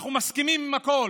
אנחנו מסכימים עם הכול.